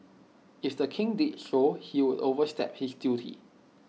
if the king did so he would overstep his duty